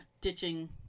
ditching